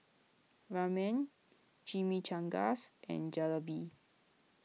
Ramen Chimichangas and Jalebi